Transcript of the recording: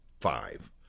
five